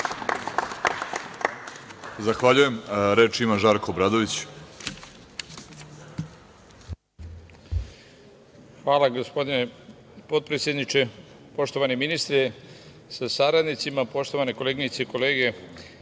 Zahvaljujem. Reč ima Žarko Obradović.